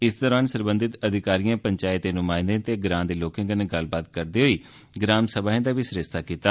इस दौरान सरबंधित अधिकारिएं पंचायत दे नुमायंदे ते ग्रां दे लोकें कन्नै गल्लबात करने लेई ग्राम सभाएं दा बी सरिस्ता कीता